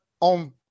on